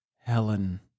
Helen